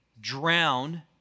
drown